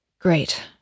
Great